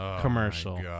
commercial